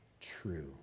true